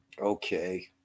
Okay